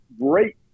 great